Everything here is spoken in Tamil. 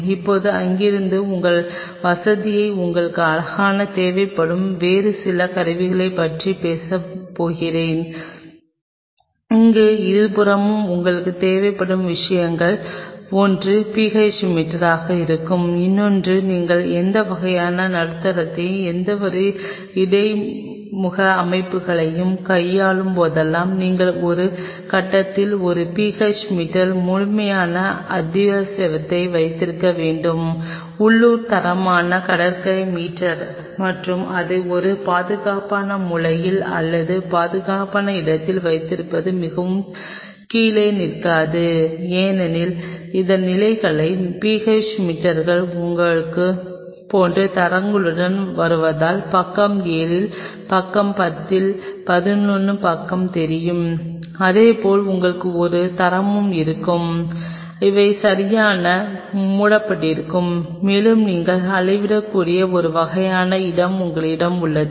இப்போது இங்கிருந்து உங்கள் வசதியில் உங்களுக்கு அழகாக தேவைப்படும் வேறு சில கருவிகளைப் பற்றி பேசப்படுவோம் இங்கே இருபுறமும் உங்களுக்குத் தேவைப்படும் விஷயங்களில் ஒன்று PH மீட்டராகவும் இருக்கும் ஏனென்றால் நீங்கள் எந்த வகையான நடுத்தரத்தையும் எந்தவொரு இடையக அமைப்பையும் கையாளும் போதெல்லாம் நீங்கள் ஒரு கட்டத்தால் ஒரு PH மீட்டர் முழுமையான அத்தியாவசியத்தை வைத்திருக்க வேண்டும் உள்ளூர் தரமான கடற்கரை மீட்டர் மற்றும் அதை ஒரு பாதுகாப்பான மூலையில் அல்லது பாதுகாப்பான இடத்தில் வைத்திருப்பது மிகவும் கீழே நிற்காது ஏனெனில் அதன் நிலைகள் PH மீட்டர்கள் உங்களைப் போன்ற தரங்களுடன் வருவதால் பக்கம் 7 பக்கம் 10 இல் 11 பக்கம் தெரியும் அதேபோல் உங்களுக்கு ஒரு தரமும் இருக்கும் அவை சரியாக மூடப்பட்டிருக்கும் மேலும் நீங்கள் அளவிடக்கூடிய ஒரு வகையான இடம் உங்களிடம் உள்ளது